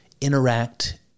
interact